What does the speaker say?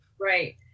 Right